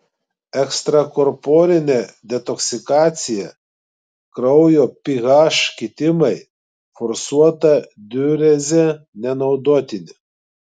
ekstrakorporinė detoksikacija kraujo ph kitimai forsuota diurezė nenaudotini